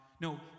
No